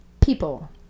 people